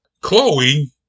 Chloe